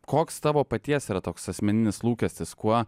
koks tavo paties yra toks asmeninis lūkestis kuo